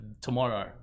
Tomorrow